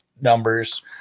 numbers